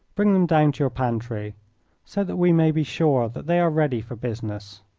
bring them down to your pantry so that we may be sure that they are ready for business.